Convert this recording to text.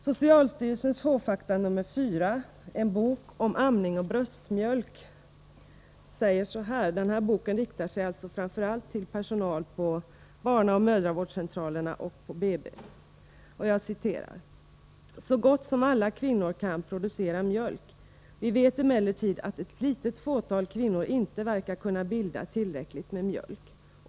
Socialstyrelsens h-fakta nr 4 En bok om amning och bröstmjölk är en bok som riktar sig framför allt till personal på barnaoch mödravårdscentralerna och på BB. Där står: ”Så gott som alla kvinnor kan producera mjölk. Vi vet emellertid att ett litet fåtal kvinnor inte verkar kunna bilda tillräckligt med mjölk.